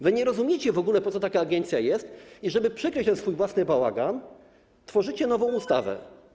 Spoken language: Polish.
Wy nie rozumiecie w ogóle, po co taka agencja jest, i żeby przykryć ten swój własny bałagan, tworzycie nową ustawę.